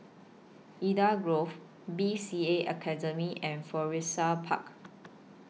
Eden Grove B C A Academy and Florissa Park